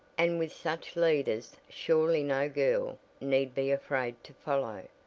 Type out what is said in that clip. and with such leaders surely no girl need be afraid to follow.